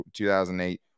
2008